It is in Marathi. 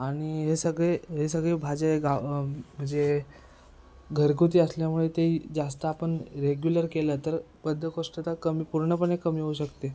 आणि हे सगळे हे सगळे भाज्या गाव म्हणजे घरगुती असल्यामुळे तेही जास्त आपन रेग्युलर केल्यानंतर बद्धकोष्ठता कमी पूर्णपणे कमी होऊ शकते